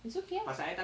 it's okay ah